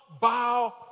bow